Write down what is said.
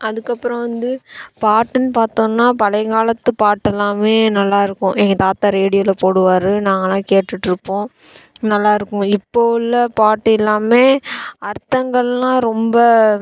அதுக்கப்புறம் வந்து பாட்டுன்னு பார்த்தோன்னா பழையங்காலத்து பாட்டுலாம் நல்லாயிருக்கும் எங்கள் தாத்தா ரேடியோவில் போடுவார் நாங்களாம் கேட்டுட்டுருப்போம் நல்லாயிருக்கும் இப்போது உள்ள பாட்டு எல்லாம் அர்த்தங்கள்லாம் ரொம்ப